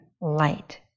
light